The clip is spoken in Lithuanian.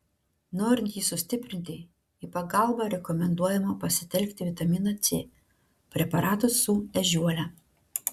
norint jį sustiprinti į pagalbą rekomenduojama pasitelkti vitaminą c preparatus su ežiuole